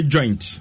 Joint